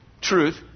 truth